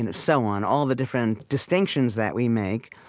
and so on, all the different distinctions that we make.